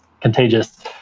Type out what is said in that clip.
contagious